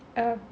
err